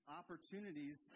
opportunities